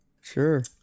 Sure